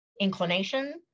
inclination